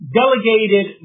delegated